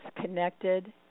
connected